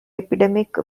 epidemic